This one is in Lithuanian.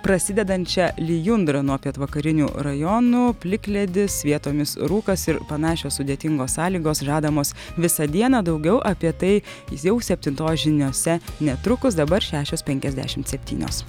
prasidedančią lijundra nuo pietvakarinių rajonų plikledis vietomis rūkas ir panašios sudėtingos sąlygos žadamos visą dieną daugiau apie tai jau septintos žiniose netrukus dabar šešios penkiasdešimt septynios